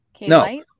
no